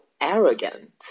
arrogant